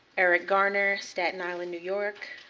eric garner, staten island, new york.